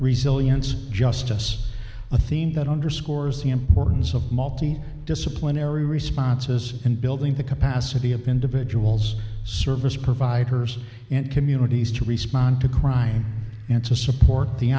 resilience justice a theme that underscores the importance of multi disciplinary responses in building the capacity of individuals service providers and communities to respond to crime and to support the